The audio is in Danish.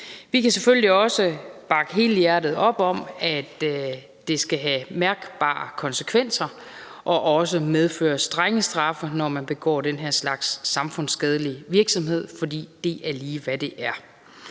Vi kan selvfølgelig også bakke helhjertet op om, at det skal have mærkbare konsekvenser og også medføre strenge straffe, når man begår den her slags samfundsskadelig virksomhed – for det er lige, hvad det er.